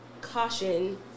caution